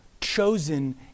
chosen